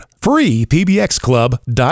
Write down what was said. freepbxclub.com